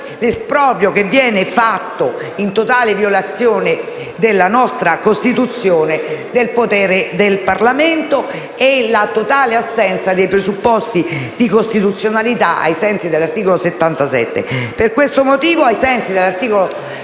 l'esproprio, che viene fatto in totale violazione della nostra Costituzione, del potere del Parlamento e la totale assenza dei presupposti di costituzionalità ai sensi dell'articolo 77. Per questo motivo, ai sensi dell'articolo 93,